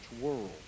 world